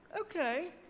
Okay